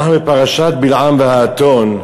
אנחנו בפרשת בלעם והאתון,